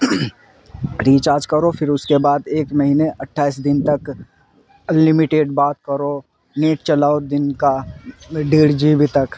recharge کرو پھر اس کے بعد ایک مہینے اٹھائیس دن تک انلمیٹیڈ بات کرو نیٹ چلاؤ دن کا ڈیڑھ جی بی تک